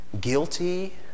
guilty